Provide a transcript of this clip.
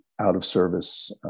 out-of-service